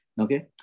Okay